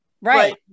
right